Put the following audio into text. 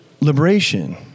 liberation